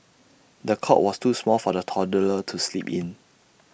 the cot was too small for the toddler to sleep in